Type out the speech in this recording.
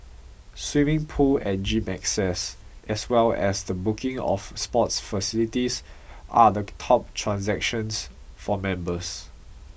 swimming pool and gym access as well as the booking of sports facilities are the top transactions for members